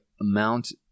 amount –